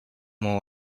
wall